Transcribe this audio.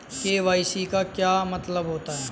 KYC का क्या मतलब होता है?